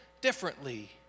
differently